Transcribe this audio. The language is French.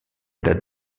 date